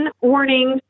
warnings